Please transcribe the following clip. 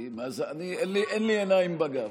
אין לי עיניים בגב.